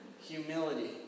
Humility